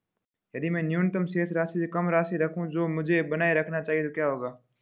यदि मैं न्यूनतम शेष राशि से कम राशि रखूं जो मुझे बनाए रखना चाहिए तो क्या होगा?